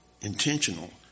intentional